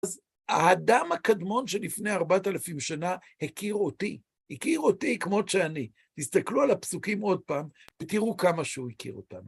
אז האדם הקדמון שלפני 4,000 שנה הכיר אותי, הכיר אותי כמו שאני. תסתכלו על הפסוקים עוד פעם ותראו כמה שהוא הכיר אותנו.